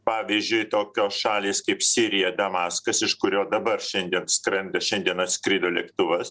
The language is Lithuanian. pavyzdžiui tokios šalys kaip sirija damaskas iš kurio dabar šiandien skrenda šiandien atskrido lėktuvas